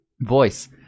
voice